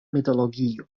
mitologio